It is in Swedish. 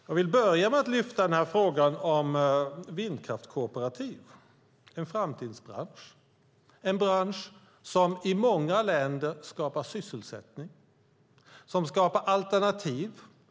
Jag vill börja med att lyfta fram frågan om vindkraftskooperativ - en framtidsbransch som i många länder skapar sysselsättning, som skapar alternativ.